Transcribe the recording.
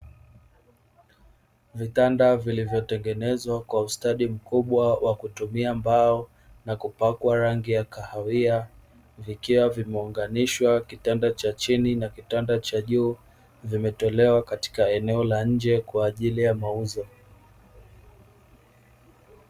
Vitanda vilivyotengenezwa kwa ustadi mkubwa kwa kutumia mbao na kupakwa rangi ya kahawia, vikiwa vimeunganishwa kitanda cha chini na kitanda cha juu, vimetolewa katika eneo la nje kwaajili ya mauzo.